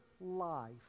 life